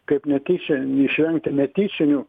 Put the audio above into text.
kaip netyčia išvengti netyčinių